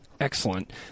Excellent